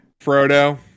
Frodo